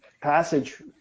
passage